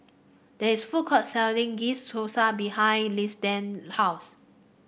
there is food court selling Ghee's Thosai behind house